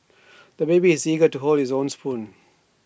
the baby is eager to hold his own spoon